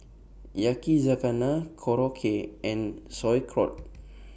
Yakizakana Korokke and Sauerkraut